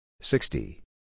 sixty